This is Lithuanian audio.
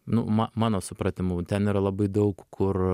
nu ma mano supratimu ten yra labai daug kur